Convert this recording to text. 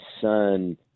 son